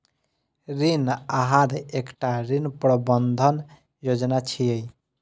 ऋण आहार एकटा ऋण प्रबंधन योजना छियै